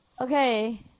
Okay